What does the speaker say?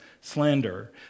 slander